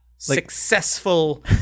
successful